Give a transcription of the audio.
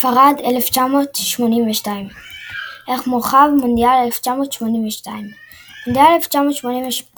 ספרד 1982 ערך מורחב – מונדיאל 1982 מונדיאל 1982,